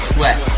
Sweat